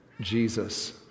Jesus